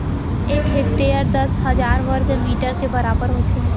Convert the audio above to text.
एक हेक्टर दस हजार वर्ग मीटर के बराबर होथे